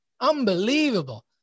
Unbelievable